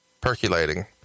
percolating